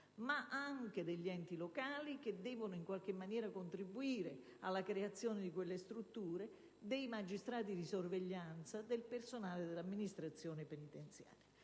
ma anche degli enti locali che devono, in qualche maniera, contribuire alla creazione di strutture a custodia attenuata, dei magistrati di sorveglianza e del personale dell'amministrazione penitenziaria.